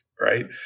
right